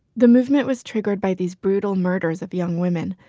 the movement was triggered by these brutal murders of young women,